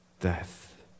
death